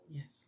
Yes